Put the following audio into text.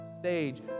stage